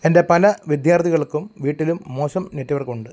എന്റെ പല വിദ്യാർത്ഥികൾക്കും വീട്ടിലും മോശം നെറ്റ്വർക്ക് ഉണ്ട്